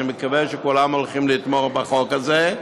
אני מקווה שכולם הולכים לתמוך בחוק הזה.